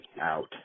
out